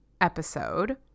episode